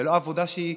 ולא עבודה שהיא,